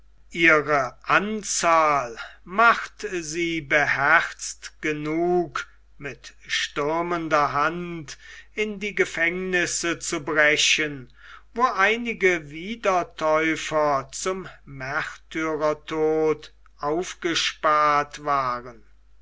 ihre anzahl macht sie beherzt genug mit stürmender hand in die gefängnisse zu brechen wo einige wiedertäufer zum märtyrertod aufgespart waren